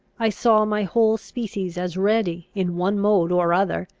i saw my whole species as ready, in one mode or other,